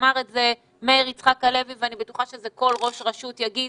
אמר את זה מאיר יצחק הלוי ואני בטוחה שכל ראש רשות יגיד